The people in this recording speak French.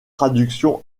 traductions